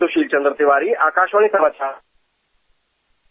सुशील चन्द्र तिवारी आकाशवाणी समाचार लखनऊ